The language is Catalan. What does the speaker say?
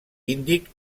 índic